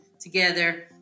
together